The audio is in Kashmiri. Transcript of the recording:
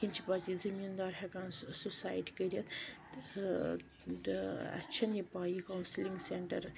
اِم چھِ پَتہٕ یہِ زٔمیٖندار ہیٚکان سو سوسایڈ کٔرِتھ تہٕ اَسہِ چھَنہٕ یہِ پاے یہِ کَوسِلِنگ سینٹر